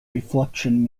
reflection